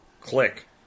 click